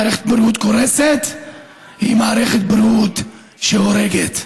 מערכת בריאות קורסת היא מערכת בריאות שהורגת.